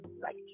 right